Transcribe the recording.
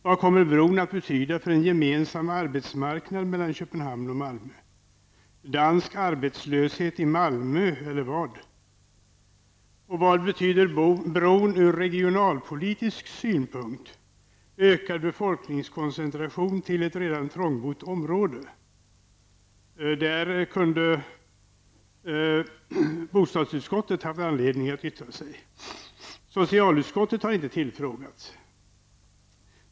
Vad kommer bron att betyda för en gemensam arbetsmarknad mellan Köpenhamn och Malmö? Dansk arbetslöshet i Malmö eller vad? Och vad betyder bron ur regionalpolitisk synpunkt? Ökad befolkningskoncentration till ett redan trångbott område? Där kunde bostadsutskottet ha haft anledning att yttra sig. Socialutskottet har inte tillfrågats.